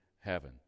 heaven